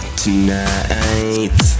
tonight